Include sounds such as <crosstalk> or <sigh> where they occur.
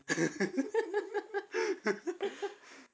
<laughs>